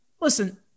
Listen